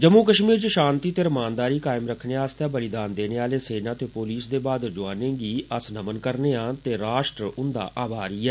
जम्मू कष्मीर च षान्ति ते रमानदारी कायम रक्खने आस्तै बलिदान देने आले सेना ते पुलिस दे बहादुर जोआनें गी अस नमन करनेयां ते राश्ट्र उन्दा आभारी ऐ